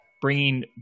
bringing